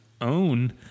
own